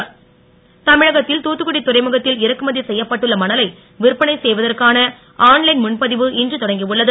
மணல் தமிழகத்தில் தூத்துக்குடி துறைமுகத்தில் இறக்குமதி செய்யப்பட்டுள்ள மணலை விற்பனை செய்வதற்கான ஆன் லைன் முன்பதிவு இன்று தொடங்கி உள்ளது